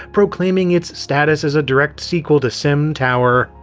proclaiming its status as a direct sequel to simtower.